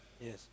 Yes